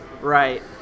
Right